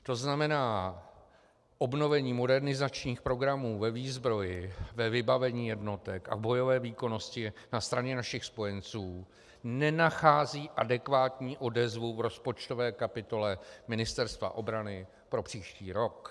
To znamená obnovení modernizačních programů ve výzbroji, ve vybavení jednotek a v bojové výkonnosti na straně našich spojenců nenachází adekvátní odezvu v rozpočtové kapitole Ministerstva obrany pro příští rok.